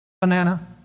banana